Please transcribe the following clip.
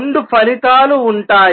రెండు ఫలితాలు ఉంటాయి